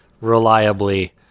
reliably